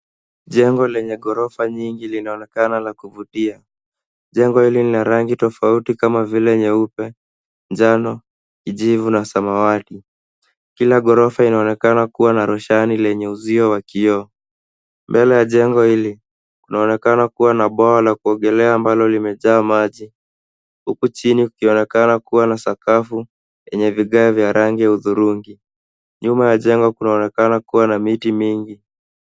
Jengo lenye ghorofa nyingi linaonekana la kuvutia. Jengo hili ni la rangi tofauti kama vile nyeupe, njano, kijivu na samawati. Kila ghorofa inaonekana kuwa na roshani lenye uzio wa kioo. Mbele ya jengo hili kunaonekana kuwa na bwawa la kuogelea ambalo limejaa maji. Huku chini kukionekana kuwa na sakafu yenye vigae vya rangi ya hudhurungi. Nyuma ya jengo kunaonekana kuwa na miti mingi.